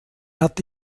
hat